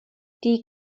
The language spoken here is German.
die